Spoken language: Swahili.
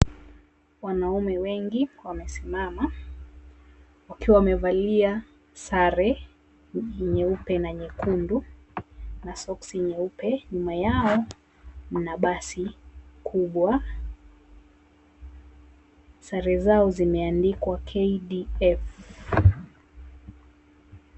Wanaume wengi wamesimama wakiwa wamevalia sare nyeupe na nyekundu na soksi nyeupe. Nyuma yao mna basi kubwa. Sare zao zimeandikwa KDF.